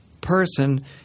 person